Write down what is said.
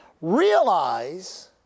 Realize